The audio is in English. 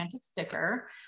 sticker